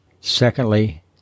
Secondly